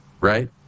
right